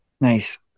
Nice